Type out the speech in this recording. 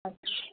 আচ্ছা